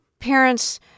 parents